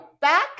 back